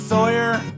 Sawyer